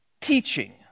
teaching